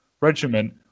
Regiment